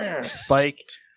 spiked